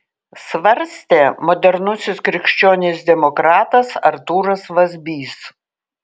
svarstė modernusis krikščionis demokratas artūras vazbys